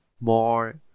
more